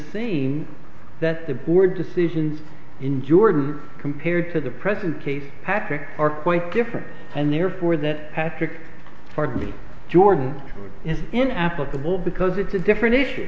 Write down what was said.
scene that the board decisions in jordan compared to the present case patrick are quite different and therefore that patrick hardly jordan is in applicable because it's a different issue